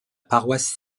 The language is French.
paroisse